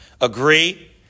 agree